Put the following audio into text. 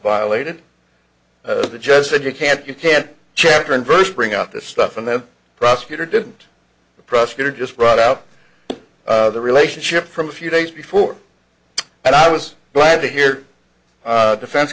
violated the judge said you can't you can't chapter and verse bring out this stuff and the prosecutor didn't the prosecutor just brought up the relationship from a few days before and i was glad to hear the defense